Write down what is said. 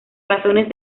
razones